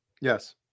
Yes